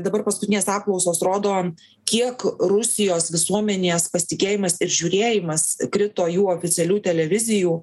dabar paskutinės apklausos rodo kiek rusijos visuomenės pasitikėjimas ir žiūrėjimas krito jų oficialių televizijų